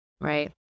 Right